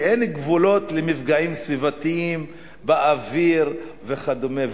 כי אין גבולות למפגעים סביבתיים באוויר וכדומה,